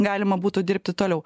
galima būtų dirbti toliau